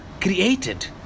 created